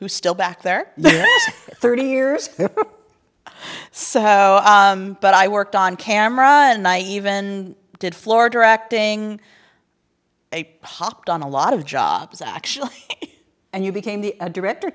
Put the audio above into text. who still back there thirty years or so but i worked on camera and i even did floor directing they popped on a lot of jobs actually and you became the director